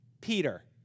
Peter